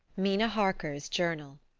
mina harker's journal.